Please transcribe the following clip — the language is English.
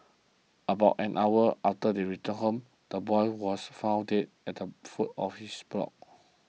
about an hour after they returned home the boy was found dead at the foot of his block